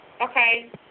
Okay